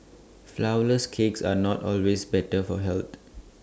Flourless Cakes are not always better for health